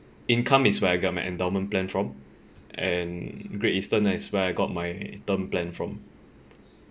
income is where I get my endowment plan from and great eastern is where I got my term plan from